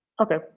Okay